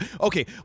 Okay